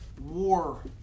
war